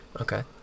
Okay